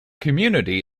community